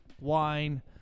wine